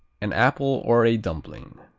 an apple or a dumpling,